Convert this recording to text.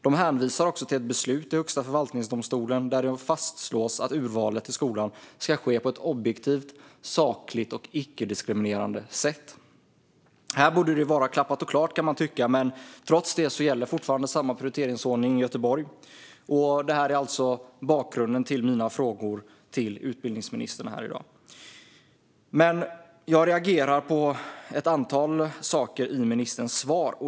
De hänvisar också till ett beslut i Högsta förvaltningsdomstolen, där det fastslås att urvalet till skolan ska ske på ett objektivt, sakligt och icke-diskriminerande sätt. Här borde det vara klappat och klart, kan man tycka, men trots det gäller fortfarande samma prioriteringsordning i Göteborg. Detta är alltså bakgrunden till mina frågor till utbildningsministern här i dag. Jag reagerar på ett antal saker i ministerns svar.